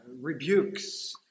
rebukes